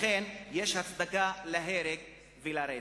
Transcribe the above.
לכן יש הצדקה להרג ולרצח.